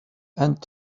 and